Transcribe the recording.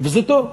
וזה טוב.